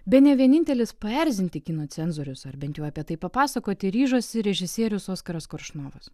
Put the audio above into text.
bene vienintelis paerzinti kinų cenzorius ar bent apie tai papasakoti ryžosi režisierius oskaras koršunovas